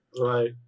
Right